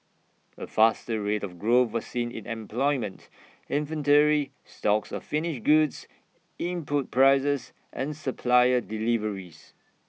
A faster rate of growth was seen in employment inventory stocks of finished goods input prices and supplier deliveries